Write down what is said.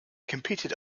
competed